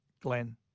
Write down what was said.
Glenn